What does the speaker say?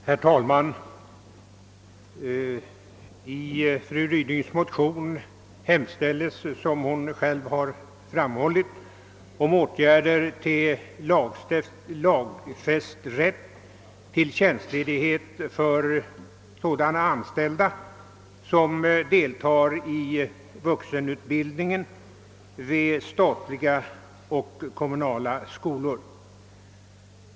Herr talman! I motionen II: 251 hemställs om åtgärder för lagfäst rätt till tjänstledighet för sådana anställda som deltar i vuxenutbildning vid statliga och kommunala skolor.